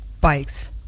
bikes